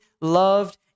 loved